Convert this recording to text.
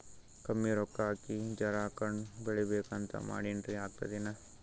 ಕಮ್ಮಿ ರೊಕ್ಕ ಹಾಕಿ ಜರಾ ಹಣ್ ಬೆಳಿಬೇಕಂತ ಮಾಡಿನ್ರಿ, ಆಗ್ತದೇನ?